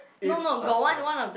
it's a sign